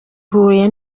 huye